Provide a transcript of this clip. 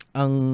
ang